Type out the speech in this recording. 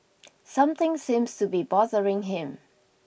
something seems to be bothering him